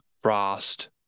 frost